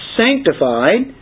sanctified